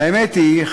האמת היא,